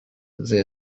the